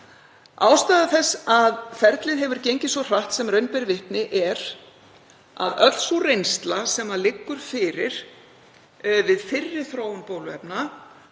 Ástæða þess að ferlið hefur gengið svo hratt sem raun ber vitni er að öll sú reynsla sem liggur fyrir við fyrri þróun bóluefna